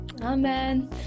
Amen